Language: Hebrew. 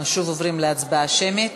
אנחנו שוב עוברים להצבעה שמית.